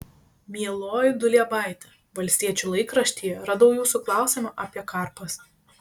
mieloji duliebaite valstiečių laikraštyje radau jūsų klausimą apie karpas